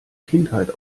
kindheit